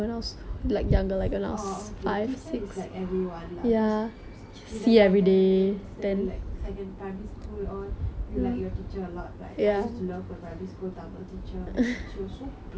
oh okay teacher is like everyone lah cause kindergarten they stand like second primary school all you like your teacher a lot like I used to love my primary school tamil teacher man she was so pretty